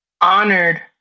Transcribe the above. honored